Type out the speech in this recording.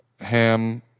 ham